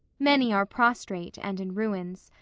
many are prostrate and in ruins.